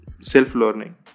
self-learning